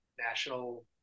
national